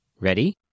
Ready